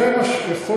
זה בידיים שלכם.